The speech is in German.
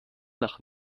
nach